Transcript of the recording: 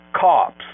COPS